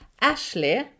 Ashley